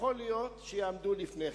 יכול להיות שיעמדו לפני כן.